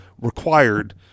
required